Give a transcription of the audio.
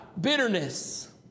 bitterness